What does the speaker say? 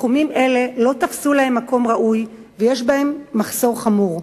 תחומים אלה לא תפסו להם מקום ראוי ויש בהם מחסור חמור,